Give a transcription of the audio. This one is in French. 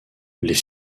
les